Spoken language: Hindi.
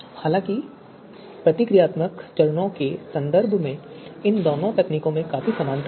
हालाँकि प्रक्रियात्मक चरणों के संदर्भ में इन दोनों तकनीकों में काफी समानता है